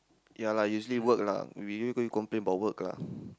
ya lah usually work lah when you go you complain about work lah